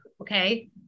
okay